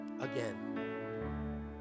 Again